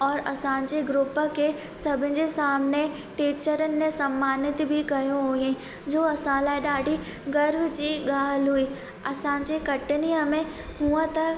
और असांजे ग्रुप खे सभिनि जे सामिने टीचरनि ने समानित बि कयो हुअईं जो असां लाइ ॾाढी गर्व जी ॻाल्हि हुई असांजे कटनीअ में हूअं त